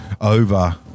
over